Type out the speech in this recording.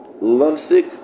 lovesick